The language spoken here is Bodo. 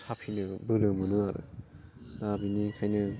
साफिनो बोलो मोनो आरो दा बेनिखायनो